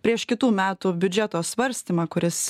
prieš kitų metų biudžeto svarstymą kuris